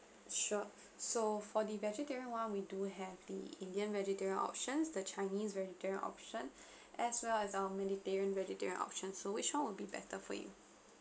sure so for the vegetarian one we do have the indian vegetarian options the chinese vegetarian option as well as our mediterranean vegetarian option so which one will be better for you